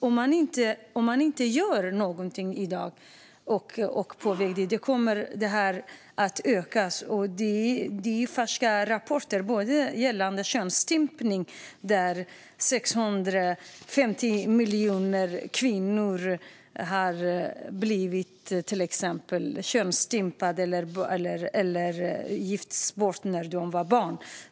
Om man inte gör någonting i dag, på väg dit, kommer detta att öka. Det finns färska rapporter om att 650 miljoner kvinnor har blivit könsstympade eller gifts bort när de var barn.